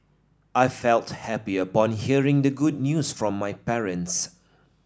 I felt happy upon hearing the good news from my parents